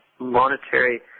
monetary